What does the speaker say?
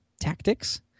tactics